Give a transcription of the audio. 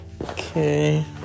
Okay